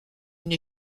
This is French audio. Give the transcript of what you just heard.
une